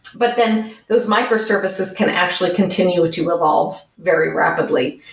but then those microservices can actually continue to evolve very rapidly.